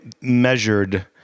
measured